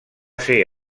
ser